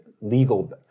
legal